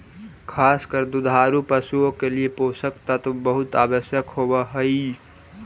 खास कर दुधारू पशुओं के लिए पोषक तत्व बहुत आवश्यक होवअ हई